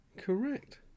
correct